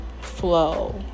flow